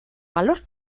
valor